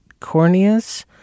corneas